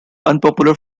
unpopular